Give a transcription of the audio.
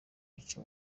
ica